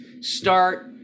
start